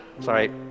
Sorry